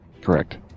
Correct